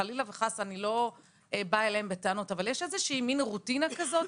חלילה וחס אני לא באה אליהם בטענות אבל יש איזו רוטינה כזאת,